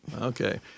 Okay